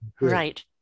right